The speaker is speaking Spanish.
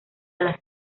las